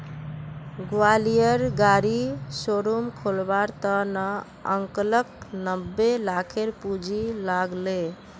ग्वालियरेर गाड़ी शोरूम खोलवार त न अंकलक नब्बे लाखेर पूंजी लाग ले